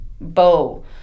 bow